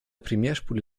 primärspule